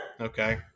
Okay